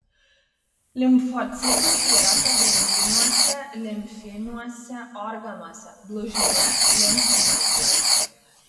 limfocitai yra pagrindiniuose limfiniuose organuose blužnyje limfmazgiuose